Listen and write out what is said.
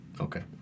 Okay